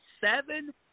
seven